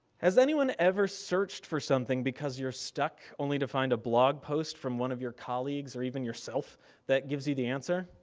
has anyone ever searched for something, because you're stuck only to find a blog post from one of your colleagues or even yourself that gives you the answer?